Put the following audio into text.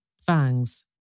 Fangs